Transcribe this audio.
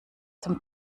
dem